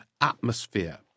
atmosphere